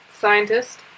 Scientist